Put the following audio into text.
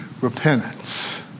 repentance